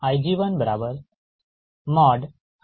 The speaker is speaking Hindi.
ठीक है